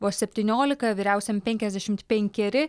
vos septyniolika vyriausiam penkiasdešimt penkeri